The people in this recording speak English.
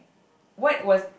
what was